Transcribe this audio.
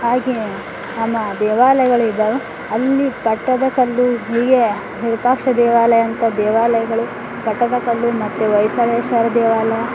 ಹಾಗೆ ನಮ್ಮ ದೇವಾಲಯಗಳು ಇದ್ದಾವೆ ಅಲ್ಲಿ ಪಟ್ಟದಕಲ್ಲು ಹೀಗೆ ವಿರೂಪಾಕ್ಷ ದೇವಾಲಯ ಅಂತ ದೇವಾಲಯಗಳು ಪಟ್ಟದಕಲ್ಲು ಮತ್ತು ಹೊಯ್ಸಳೇಶ್ವರ ದೇವಾಲಯ